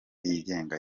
yigenga